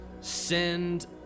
send